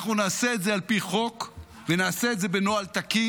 אנחנו נעשה את זה על פי חוק ונעשה את זה בנוהל תקין,